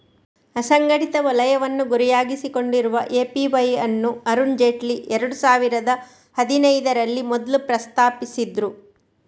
ಅಸಂಘಟಿತ ವಲಯವನ್ನ ಗುರಿಯಾಗಿಸಿಕೊಂಡಿರುವ ಎ.ಪಿ.ವೈ ಅನ್ನು ಅರುಣ್ ಜೇಟ್ಲಿ ಎರಡು ಸಾವಿರದ ಹದಿನೈದರಲ್ಲಿ ಮೊದ್ಲು ಪ್ರಸ್ತಾಪಿಸಿದ್ರು